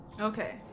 okay